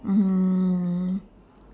mm